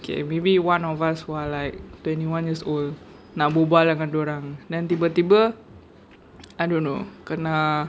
okay maybe one of us who are like twenty one years old nak berbual dengan dorang then tiba-tiba I don't know kena